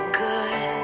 good